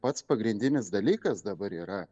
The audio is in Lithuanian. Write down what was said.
pats pagrindinis dalykas dabar yra